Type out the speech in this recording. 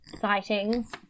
sightings